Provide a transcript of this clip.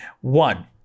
One